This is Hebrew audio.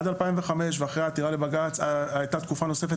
עד 2005 ואחרי העתירה לבג"צ הייתה תקופה נוספת